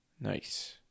Nice